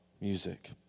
music